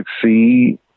succeed